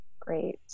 great